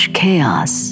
chaos